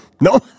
No